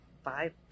five